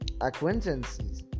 acquaintances